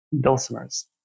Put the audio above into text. dulcimers